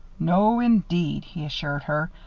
no, indeed, he assured her.